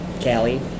Kelly